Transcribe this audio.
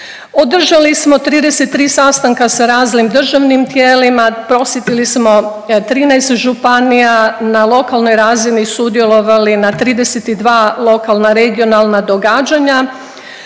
Održali smo 33 sastanka sa raznim državnim tijelima, posjetili smo 13 županija, na lokalnoj razini sudjelovali na 32 lokalna regionalna događanja.